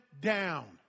down